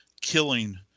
killing